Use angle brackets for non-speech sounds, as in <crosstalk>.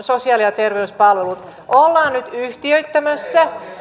<unintelligible> sosiaali ja terveyspalvelut ollaan nyt yhtiöittämässä